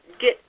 get